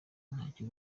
ntacyo